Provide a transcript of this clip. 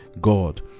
God